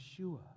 Yeshua